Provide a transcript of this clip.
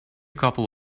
couple